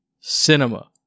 cinema